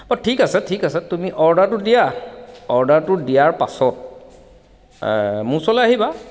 অ' ঠিক আছে ঠিক আছে তুমি অৰ্ডাৰটো দিয়া অৰ্ডাৰটো দিয়াৰ পাছত মোৰ ওচৰলৈ আহিবা